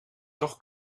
toch